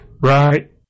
Right